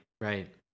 right